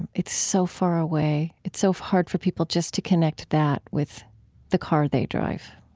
and it's so far away. it's so hard for people just to connect that with the car they drive,